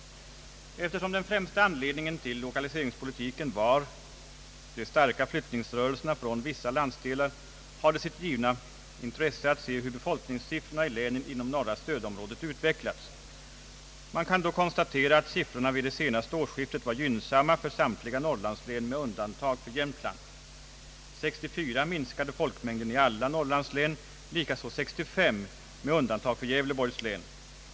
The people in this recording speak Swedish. Eftersom den främsta anledningen till lokaliseringspolitiken var de starka flyttningsrörelserna från vissa landsdelar har det sitt givna intresse att se hur befolkningssiffrorna i länen inom norra stödområdet utvecklats. Man kan då konstatera att siffrorna vid det se för Jämtland. 1964 minskade folkmängden i alla norrlandslän, likaså 1965 med undantag för Gävleborgs län.